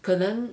可能